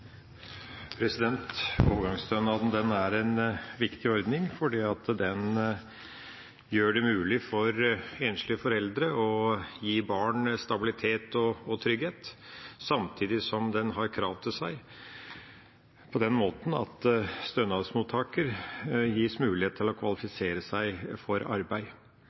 det. Overgangsstønaden er en viktig ordning fordi den gjør det mulig for enslige foreldre å gi barn stabilitet og trygghet, samtidig som den har krav til seg på den måten at stønadsmottakeren gis mulighet til å kvalifisere seg for arbeid.